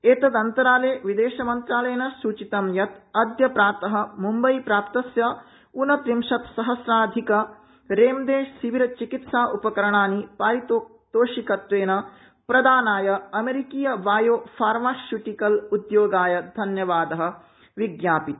एतदन्तराले विदेशमंत्रालयेन सुचितम यत अदय प्रातः मुम्बईसम्प्राप्तस्य ऊनत्रिंशत्सहस्राधिकरेमदेसिविरचिकित्सा उपकरणानि पारितोषिकत्वेन प्रदानाय अमेरिकीयबायोफार्मास्य्टिक उद्योगाय धन्यवाद ज्ञापित